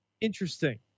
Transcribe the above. Interesting